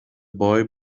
boy